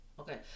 Okay